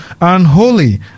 unholy